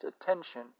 attention